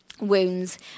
wounds